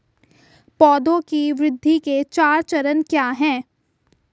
पौधे की वृद्धि के चार चरण क्या हैं?